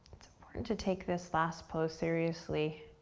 it's important to take this last pose seriously.